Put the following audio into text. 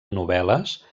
novel·les